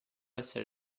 essere